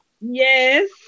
Yes